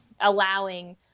allowing